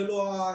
זה לא העניין.